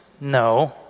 No